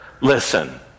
listen